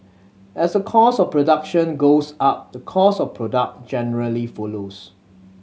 as the cost of production goes up the cost of the product generally follows